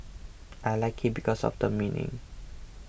I like it because of the meaning